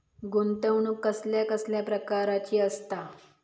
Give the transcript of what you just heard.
गुंतवणूक कसल्या कसल्या प्रकाराची असता?